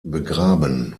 begraben